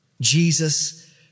Jesus